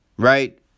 right